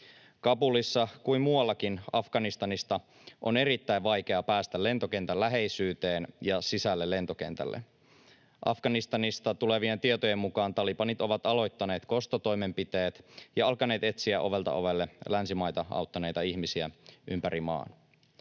Kabulista niin kuin muualtakin Afganistanista on erittäin vaikeaa päästä lentokentän läheisyyteen ja sisälle lentokentälle. Afganistanista tulevien tietojen mukaan talibanit ovat aloittaneet kostotoimenpiteet ja alkaneet etsiä ovelta ovelle länsimaita auttaneita ihmisiä ympäri maan.